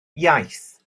iaith